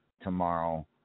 tomorrow